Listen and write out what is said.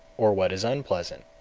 or what is unpleasant.